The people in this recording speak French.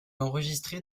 enregistré